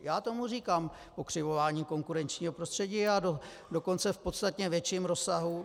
Já tomu říkám pokřivování konkurenčního prostředí, a dokonce v podstatně větším rozsahu.